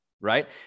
right